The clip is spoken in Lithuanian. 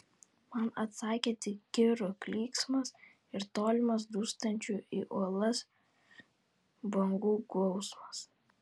man atsakė tik kirų klyksmas ir tolimas dūžtančių į uolas bangų gausmas